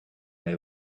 they